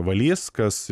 valys kas